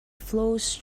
flows